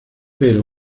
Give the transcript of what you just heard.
pero